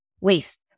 waste